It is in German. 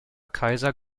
kaiser